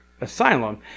asylum